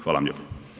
Hvala vam lijepo.